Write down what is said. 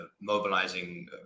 mobilizing